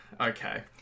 Okay